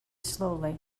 slowly